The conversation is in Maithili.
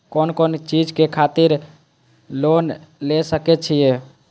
कोन कोन चीज के खातिर लोन ले सके छिए?